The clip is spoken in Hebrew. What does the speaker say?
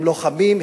הם לוחמים,